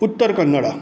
Uttar Kannada